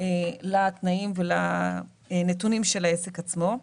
לתנאים ולנתונם של העסק עצמו.